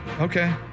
Okay